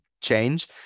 change